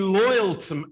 loyalty